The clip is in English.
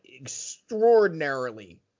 extraordinarily